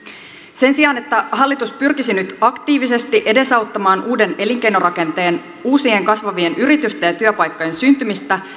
sen sijaan että hallitus pyrkisi nyt aktiivisesti edesauttamaan uuden elinkeinorakenteen uusien kasvavien yritysten ja työpaikkojen syntymistä